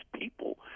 people